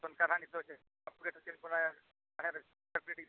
ᱥᱚᱨᱠᱟᱨ ᱦᱟᱸᱜ ᱱᱤᱛᱳᱜ ᱪᱮᱫ ᱤᱫᱤᱭᱮᱜ ᱢᱮᱭᱟ